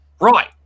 right